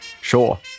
sure